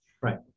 Right